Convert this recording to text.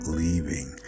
leaving